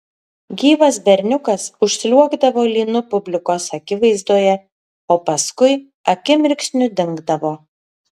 gyvas berniukas užsliuogdavo lynu publikos akivaizdoje o paskui akimirksniu dingdavo